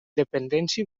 dependència